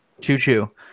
Choo-choo